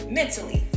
mentally